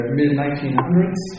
mid-1900s